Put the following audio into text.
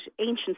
ancient